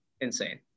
Insane